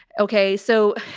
okay. so,